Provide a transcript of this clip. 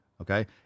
Okay